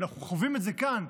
ואנחנו חווים את זה כאן,